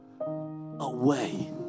away